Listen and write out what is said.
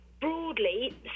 broadly